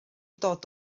dod